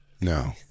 No